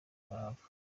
karahava